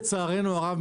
לצערנו הרב,